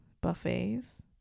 buffets